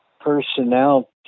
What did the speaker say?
personnel